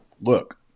look